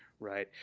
right?